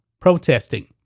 protesting